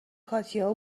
کاتیا